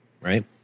right